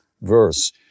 verse